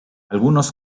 algunos